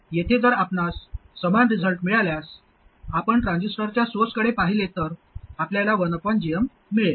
येथे जर आपणास समान रिझल्ट मिळाल्यास आपण ट्रान्झिस्टरच्या सोर्सकडे पाहिले तर आपल्याला 1 gm मिळेल